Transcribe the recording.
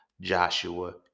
Joshua